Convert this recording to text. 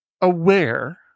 aware